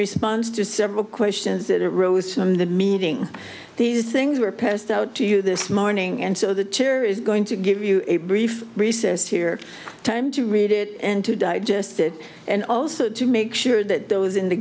response to several questions that rose from the meeting these things were passed out to you this morning and so the chair is going to give you a brief recess here time to read it and to digest it and also to make sure that those in the